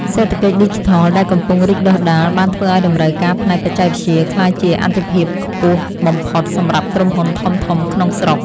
សេដ្ឋកិច្ចឌីជីថលដែលកំពុងរីកដុះដាលបានធ្វើឱ្យតម្រូវការផ្នែកបច្ចេកវិទ្យាក្លាយជាអាទិភាពខ្ពស់បំផុតសម្រាប់ក្រុមហ៊ុនធំៗក្នុងស្រុក។